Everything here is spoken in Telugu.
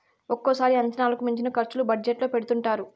ఒక్కోసారి అంచనాలకు మించిన ఖర్చులు బడ్జెట్ లో పెడుతుంటారు